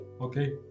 okay